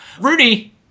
Rudy